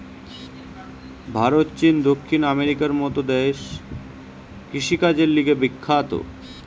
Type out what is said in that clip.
ভারত, চীন, দক্ষিণ আমেরিকার মত দেশ কৃষিকাজের লিগে বিখ্যাত